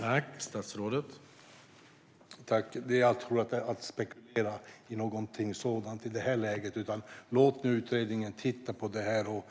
Herr talman! Jag tror inte att vi ska spekulera i någonting sådant i det här läget, utan låt nu utredningen titta på det här.